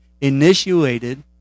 initiated